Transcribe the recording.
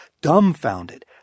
dumbfounded